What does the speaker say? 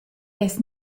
dess